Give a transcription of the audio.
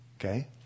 Okay